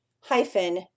hyphen